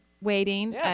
waiting